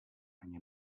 ani